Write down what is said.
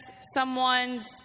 someone's